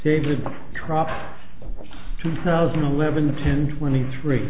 david crop two thousand and eleven ten twenty three